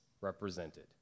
represented